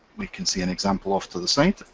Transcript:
we can see an example off to the side.